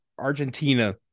Argentina